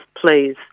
please